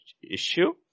issue